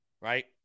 Right